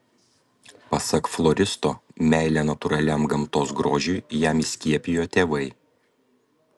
pasak floristo meilę natūraliam gamtos grožiui jam įskiepijo tėvai